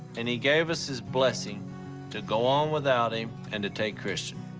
and he gave us his blessing to go on without him and to take christian.